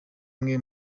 mwe